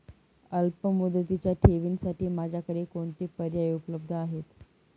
अल्पमुदतीच्या ठेवींसाठी माझ्याकडे कोणते पर्याय उपलब्ध आहेत?